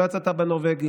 לא יצאת בנורבגי,